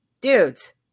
dudes